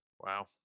Wow